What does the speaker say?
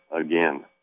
again